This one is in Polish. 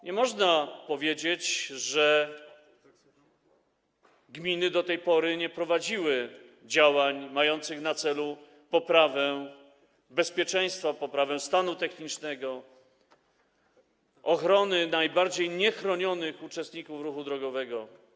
Nie można powiedzieć, że gminy do tej pory nie prowadziły działań mających na celu poprawę bezpieczeństwa, poprawę stanu technicznego dróg, ochronę najbardziej narażonych uczestników ruchu drogowego.